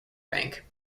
bank